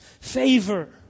favor